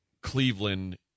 Cleveland